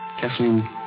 Kathleen